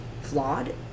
flawed